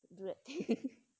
do that thing